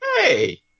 hey